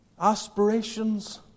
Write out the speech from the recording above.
aspirations